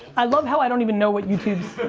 i love how i don't even know what youtube's,